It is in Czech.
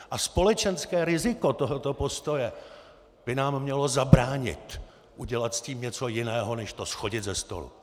A společenské riziko tohoto postoje by nám mělo zabránit udělat s tím něco jiného než to shodit ze stolu.